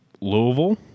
Louisville